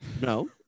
No